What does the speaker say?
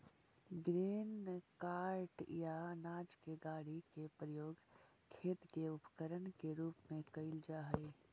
grain cart या अनाज के गाड़ी के प्रयोग खेत के उपकरण के रूप में कईल जा हई